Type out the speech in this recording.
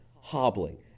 hobbling